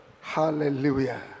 Hallelujah